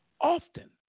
often